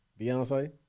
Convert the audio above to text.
Beyonce